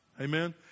Amen